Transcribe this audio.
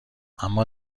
اما